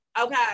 Okay